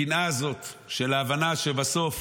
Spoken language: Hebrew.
הקנאה הזאת של ההבנה שבסוף